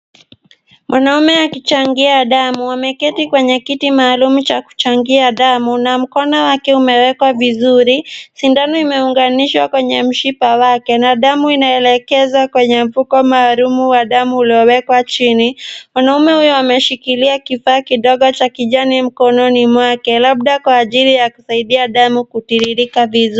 Mwanamume akichangia damu ameketi kwenye kiti maalum cha kuchangia damu na mkono wake umewekwa vizuri. Sindano imeunganishwa kwenye mshipa wake na damu inaelekezwa kwenye mfuko maalum wa damu uliowekwa chini. Mwanamume huyo ameshikilia kifaa kidogo cha kijani mkononi mwake labda kwa ajili ya kusaidia damu kutiririka vizuri.